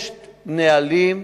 יש נהלים,